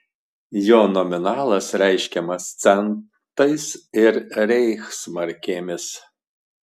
jo nominalas reiškiamas centais ir reichsmarkėmis